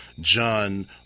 John